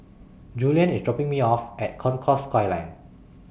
Julien IS dropping Me off At Concourse Skyline